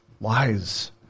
lies